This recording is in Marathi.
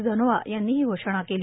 धनोआ यांनी ही घोषणा केली